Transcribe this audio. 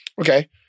Okay